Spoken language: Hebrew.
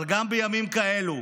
אבל גם בימים כאלה,